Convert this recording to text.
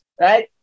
right